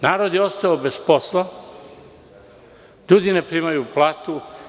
Narod je ostao bez posla, ljudi ne primaju platu.